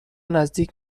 نزدیک